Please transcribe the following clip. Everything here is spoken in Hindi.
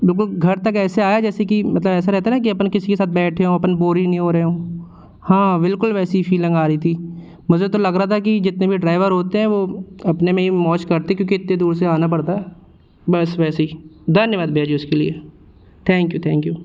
बिल्कुल घर तक ऐसे आया जैसे कि मतलब ऐसा रहता ना कि अपन किसी के साथ बैठे हों अपन बोर ही नहीं हो रहे हों हाँ बिल्कुल वैसे ही फीलिंग आ रही थी मुझे तो लग रहा था कि जितने भी ड्राइवर होते हैं वह अपने में ही मौज करते क्योंकि इतने दूर से आना पड़ता है बस वैसे ही धन्यवाद भैया जी उसके लिए थैंक यू थैंक यू